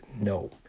no